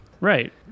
Right